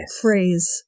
phrase